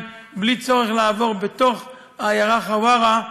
בלי צורך לעבור בתוך העיירה חווארה,